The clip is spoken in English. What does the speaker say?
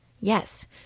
Yes